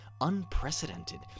unprecedented